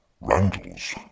Randall's